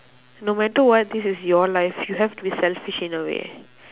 no matter what this is your life you have to be selfish in a way